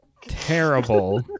Terrible